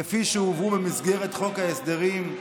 כפי שהובאו במסגרת חוק ההסדרים.